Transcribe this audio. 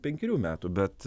penkerių metų bet